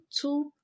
two